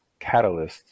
catalysts